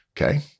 okay